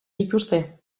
dituzte